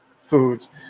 foods